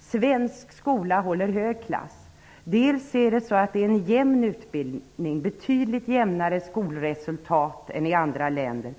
svensk skola håller hög klass. Dels är det en jämn utbildning -- vi har betydligt jämnare skolresultat än man har i andra länder.